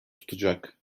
tutacak